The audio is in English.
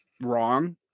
wrong